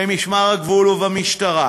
במשמר הגבול ובמשטרה,